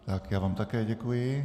Tak, já vám také děkuji.